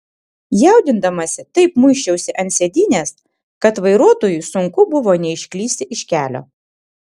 jaudindamasi taip muisčiausi ant sėdynės kad vairuotojui sunku buvo neišklysti iš kelio